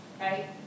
right